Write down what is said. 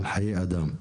על חיי אדם.